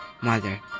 mother